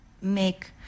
make